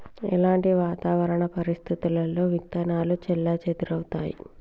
ఎలాంటి వాతావరణ పరిస్థితుల్లో విత్తనాలు చెల్లాచెదరవుతయీ?